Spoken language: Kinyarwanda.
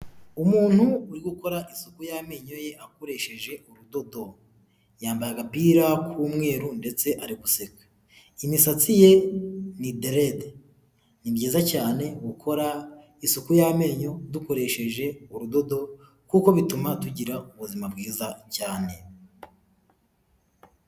Umuntu uri gukora isuku y'amenyo ye akoresheje urudodo yambaye agapira k'umweru ndetse ari guseka imisatsi ye ni direde ni byiza cyane gukora isuku y'amenyo dukoresheje urudodo kuko bituma tugira ubuzima bwiza cyane.